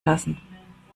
lassen